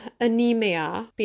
anemia